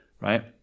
right